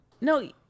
No